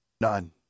None